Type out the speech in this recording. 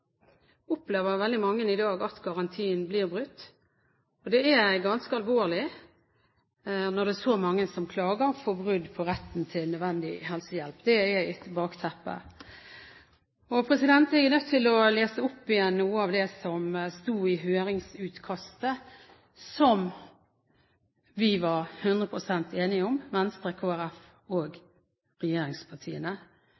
opplever veldig mange i dag at garantien blir brutt. Det er ganske alvorlig at det er så mange som klager på brudd på retten til nødvendig helsehjelp. Det er bakteppet. Jeg er nødt til å lese opp igjen noe av det som sto i høringsutkastet som vi – Venstre, Kristelig Folkeparti og regjeringspartiene, les Bjarne Håkon Hanssen og departementet – var 100 pst. enige om.